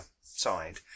side